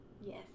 yes